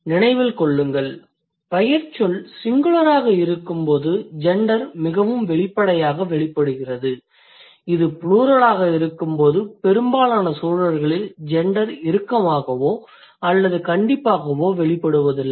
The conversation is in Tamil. நினைவில் கொள்ளுங்கள் பெயர்ச்சொல் சிங்குலராக இருக்கும்போது ஜெண்டர் மிகவும் வெளிப்படையாக வெளிப்படுகிறது இது ப்ளூரலாக இருக்கும்போது பெரும்பாலான சூழல்களில் ஜெண்டர் இறுக்கமாகவோ அல்லது கண்டிப்பாகவோ வெளிப்படுவதில்லை